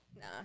Nah